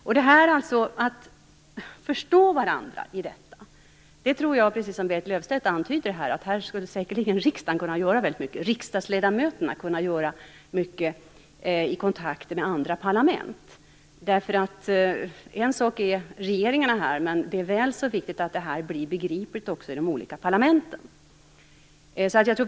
För att vi skall kunna förstå varandra i detta tror jag, precis som Berit Löfstedt antydde, att riksdagsledamöterna skulle kunna göra mycket i kontakterna med andra parlament. Regeringarna är en sak, men det är väl så viktigt att detta blir begripligt också i de olika parlamenten.